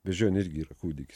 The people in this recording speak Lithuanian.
beždžionė irgi yra kūdikis